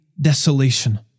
desolation